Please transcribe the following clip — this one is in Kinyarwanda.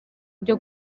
byo